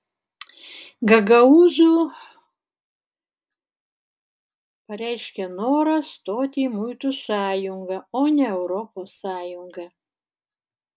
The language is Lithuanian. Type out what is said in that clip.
gagaūzų pareiškė norą stoti į muitų sąjungą o ne europos sąjungą